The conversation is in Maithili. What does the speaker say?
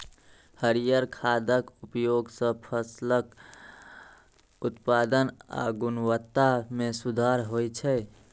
हरियर खादक उपयोग सं फसलक उत्पादन आ गुणवत्ता मे सुधार होइ छै